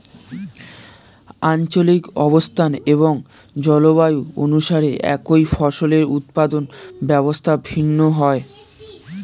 আঞ্চলিক অবস্থান এবং জলবায়ু অনুসারে একই ফসলের উৎপাদন ব্যবস্থা ভিন্ন হয়